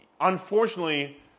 unfortunately